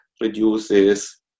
reduces